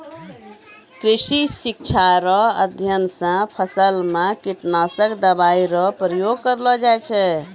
कृषि शिक्षा रो अध्ययन से फसल मे कीटनाशक दवाई रो प्रयोग करलो जाय छै